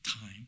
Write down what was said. time